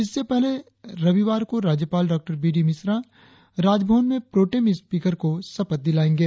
इससे पहले रविवार को राज्यपाल Dr B D Mishra Raj Bhavan में प्रोटेम स्पीकर को शपथ दिलायेंगे